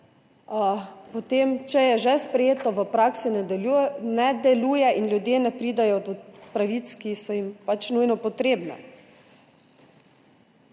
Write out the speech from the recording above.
lotite, če je že sprejeto, potem v praksi ne deluje in ljudje ne pridejo do pravic, ki so nujno potrebne.